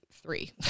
three